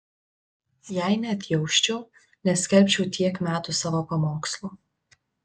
jei neatjausčiau neskelbčiau tiek metų savo pamokslų